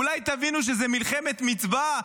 אולי תבינו שזה מלחמת מצווה?